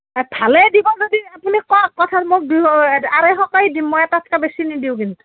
ভালেই দিব যদি আপুনি কওক মোক আঢ়ৈশকৈ দিম মই তাতকৈ বেছি নিদিওঁ কিন্তু